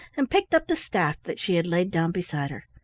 and picked up the staff that she had laid down beside her.